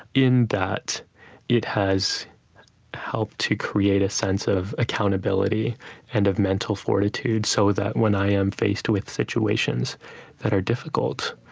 in that it has helped to create a sense of accountability and of mental fortitude so that when i am faced with situations that are difficult,